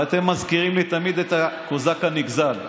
ואתם מזכירים לי תמיד את הקוזק הנגזל.